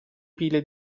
pile